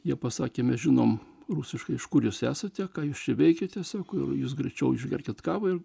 jie pasakė mes žinom rusiškai iš kur jūs esate ką jūs čia veikiate sako jūs greičiau išgerti kavą ir